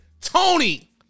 Tony